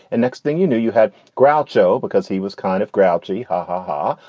and next thing you knew, you had groucho because he was kind of grouchy. ha ha ha.